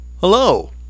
Hello